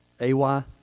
AY